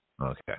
Okay